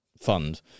fund